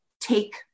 take